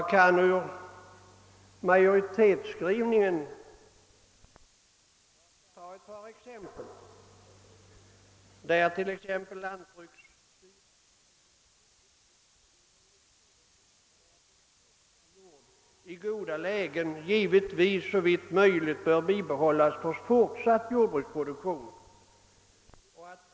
Jag kan ur majoritetsskrivningen anföra ett par exempel. Lantbruksstyrelsen säger sålunda, att ur jordbruksekonomisk synpunkt god åkerjord i goda lägen givet vis såvitt möjligt bör bibehållas för fortsatt jordbruksproduktion.